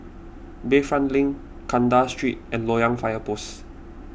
Bayfront Link Kandahar Street and Loyang Fire Post